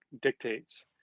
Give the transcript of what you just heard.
dictates